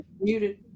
Muted